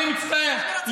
אני לא